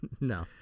No